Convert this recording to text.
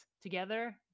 together